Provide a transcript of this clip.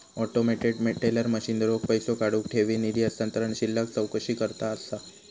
automated teller machine रोख पैसो काढुक, ठेवी, निधी हस्तांतरण, शिल्लक चौकशीकरता असा